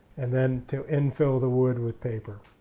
and then to and fill the wood with paper.